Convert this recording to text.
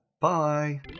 Bye